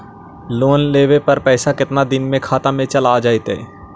Loan लेब पर पैसा कितना दिन में खाता में चल आ जैताई?